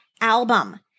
album